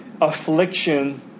affliction